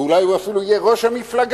ואולי אפילו יהיה ראש המפלגה.